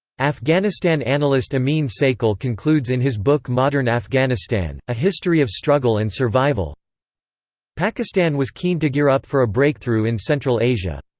afghanistan analyst amin saikal concludes in his book modern afghanistan a history of struggle and survival pakistan was keen to gear up for a breakthrough in central asia.